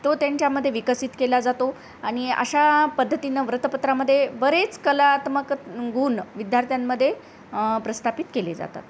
तो त्यांच्यामध्ये विकसित केला जातो आणि अशा पद्धतीनं वृत्तपत्रामध्ये बरेच कलात्मक गुण विद्यार्थ्यांमध्ये प्रस्थापित केले जातात